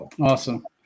Awesome